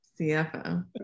CFO